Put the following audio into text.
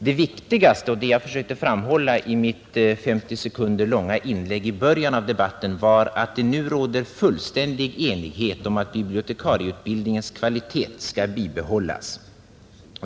Det viktigaste, och det jag försökte framhålla i mitt 50 sekunder långa inlägg i början av debatten, var att det nu råder fullständig enighet om att bibliotekarieutbildningens kvalitet skall bibehållas.